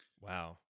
Wow